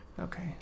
okay